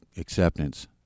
acceptance